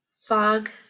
fog